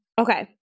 Okay